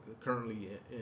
currently